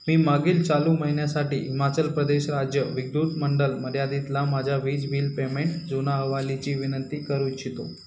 मी मागील चालू महिन्यासाठी हिमाचल प्रदेश राज्य विद्युत मंडळ मर्यादितला माझ्या वीज बिल पेमेंट जुना अहवालीची विनंती करू इच्छितो